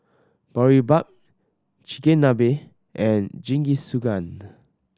Boribap Chigenabe and Jingisukan